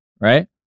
right